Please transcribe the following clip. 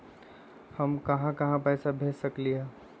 हम कहां कहां पैसा भेज सकली ह?